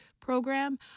program